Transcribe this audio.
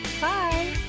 Bye